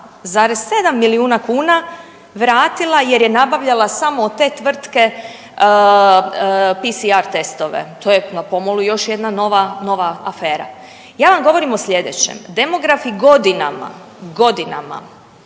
72,7 milijuna kuna vratila jer je nabavljala samo od te tvrtke PCR testove. To je na pomolu još jedna nova, nova afera. Ja vam govorim o sljedećem, demografi godinama, godinama